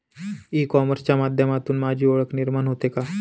E कॉमर्सच्या माध्यमातून माझी ओळख निर्माण होते का?